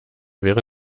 wäre